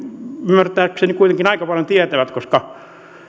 ymmärtääkseni kuitenkin aika paljon tietävät koska